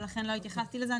ולכן לא התייחסתי לזה.